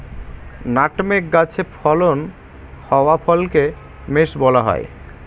nutmeg গাছে ফলন হওয়া ফলকে মেস বলা হয়